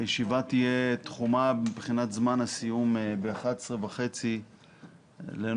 הישיבה תהיה תחומה מבחינת זמן הסיום ב-11:30 לנוכח